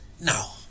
Now